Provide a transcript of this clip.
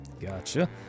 Gotcha